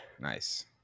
nice